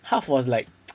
half was like